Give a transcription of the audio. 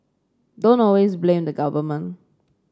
don't always blame the government